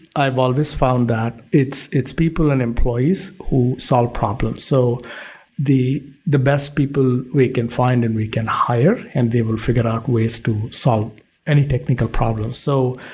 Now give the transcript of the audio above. i've always found that it's it's people and employees who solve problems, so the the best people we can find and we can hire, and they will figure out ways to solve any technical problems. so,